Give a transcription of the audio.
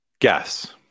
Guess